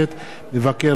מבקר רשמי),